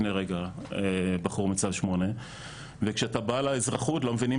שדיבר עליה כאן לפני רגע בחור מצו 8 וכשאתה בא לאזרחות לא מבינים